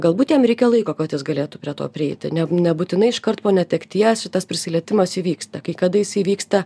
galbūt jam reikia laiko kad jis galėtų prie to prieiti ne nebūtinai iškart po netekties šitas prisilietimas įvyksta kai kada jisai įvyksta